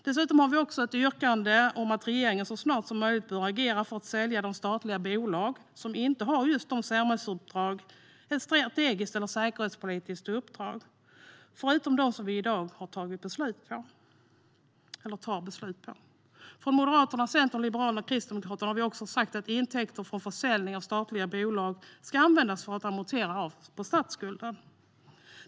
Dessutom har vi ett yrkande om att regeringen så snart som möjligt ska agera för att sälja de statliga bolag som inte har just ett samhällsuppdrag eller ett strategiskt eller säkerhetspolitiskt uppdrag, förutom dem som vi i dag tar beslut om. Från Moderaterna, Centern, Liberalerna och Kristdemokraterna har vi också sagt att intäkter från försäljning av statliga bolag ska användas för att amortera av på statsskulden.